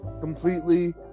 completely